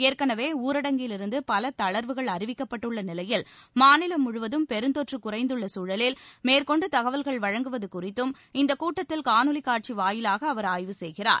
ஏற்கனவே ஊரடங்கிலிருந்து பல தளர்வுகள் அறிவிக்கப்பட்டுள்ள நிலையில் மாநிலம் முழுவதும் பெருந்தொற்று குறைந்துள்ள நிலையில் மேற்கொண்டு தகவல்கள் வழங்குவது குறித்தும் இந்தக் கூட்டத்தில் காணொலி காட்சி வாயிலாக அவர் ஆய்வு செய்கிறார்